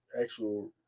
actual